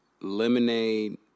lemonade